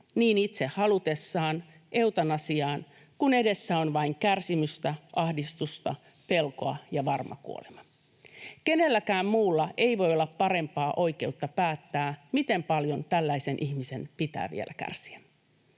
niin itse halutessaan eutanasiaan, kun edessä on vain kärsimystä, ahdistusta, pelkoa ja varma kuolema. Kenelläkään muulla ei voi olla parempaa oikeutta päättää, miten paljon tällaisen ihmisen pitää vielä kärsiä.